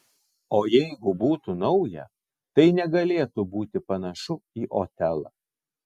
o jeigu būtų nauja tai negalėtų būti panašu į otelą